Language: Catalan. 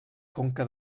conca